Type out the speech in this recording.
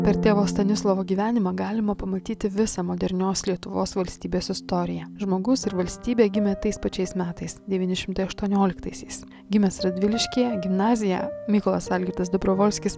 per tėvo stanislovo gyvenimą galima pamatyti visą modernios lietuvos valstybės istoriją žmogus ir valstybė gimė tais pačiais metais devyni šimtai aštuonioliktaisiais gimęs radviliškyje gimnaziją mykolas algirdas dobrovolskis